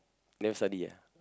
never study ah